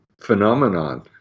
phenomenon